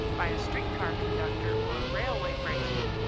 by a streetcar conductor or a railway brakesman,